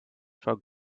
for